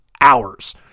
hours